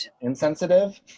insensitive